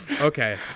Okay